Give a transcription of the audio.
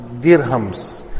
dirhams